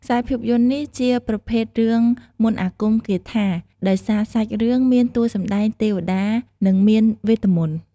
ខ្សែភាពយន្តនេះ ជាប្រភេទរឿងមន្ដអាគមគាថា ដោយសារសាច់រឿងមានតួសម្ដែងទេវតា និងមានវេទមន្ដ។